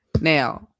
Now